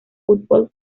fútbol